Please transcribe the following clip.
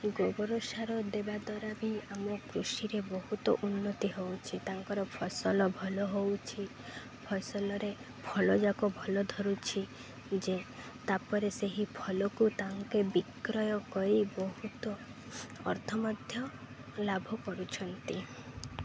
ଗୋବର ସାର ଦେବା ଦ୍ୱାରା ବି ଆମ କୃଷିରେ ବହୁତ ଉନ୍ନତି ହଉଛି ତାଙ୍କର ଫସଲ ଭଲ ହଉଛି ଫସଲରେ ଫଲ ଯାକ ଭଲ ଧରୁଛି ଯେ ତାପରେ ସେହି ଫଲକୁ ତାଙ୍କେ ବିକ୍ରୟ କରି ବହୁତ ଅର୍ଥ ମଧ୍ୟ ଲାଭ କରୁଛନ୍ତି